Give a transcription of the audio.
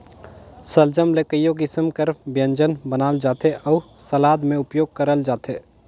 सलजम ले कइयो किसिम कर ब्यंजन बनाल जाथे अउ सलाद में उपियोग करल जाथे